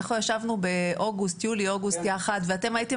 אנחנו ישבנו ביולי-אוגוסט יחד ואתם הייתם